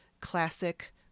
classic